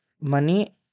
money